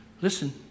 Listen